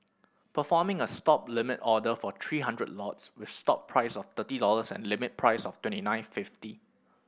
performing a Stop limit order for three hundred lots with stop price of thirty dollars and limit price of twenty nine fifty